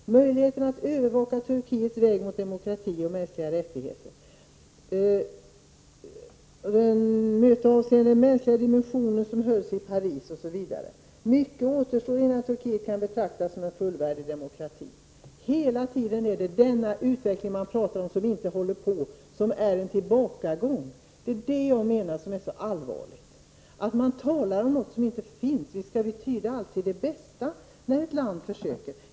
Möjligheterna att övervaka Turkiets väg mot demokrati och mänskliga rättigheter. Möten avseende mänskliga dimensionen hölls i Paris, osv. Mycket återstår innan Turkiet kan betraktas som en fullvärdig demokrati. Hela tiden är det denna utveckling man pratar om, som inte existerar och som är en tillbakagång. Det är det som är så allvarligt, dvs. att man talar om något som inte finns och att allt skall tydas till det bästa när ett land gör ett försök.